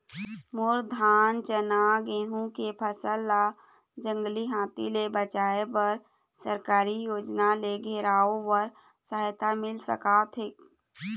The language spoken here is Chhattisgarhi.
मोर धान चना गेहूं के फसल ला जंगली हाथी ले बचाए बर सरकारी योजना ले घेराओ बर सहायता मिल सका थे?